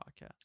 podcast